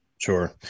Sure